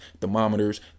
thermometers